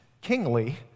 kingly